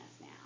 now